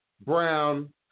brown